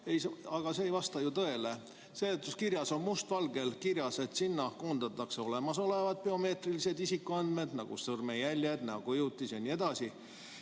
Aga see ei vasta ju tõele. Seletuskirjas on must valgel kirjas, et sinna koondatakse olemasolevad biomeetrilised isikuandmed, nagu sõrmejäljed, näokujutis jne,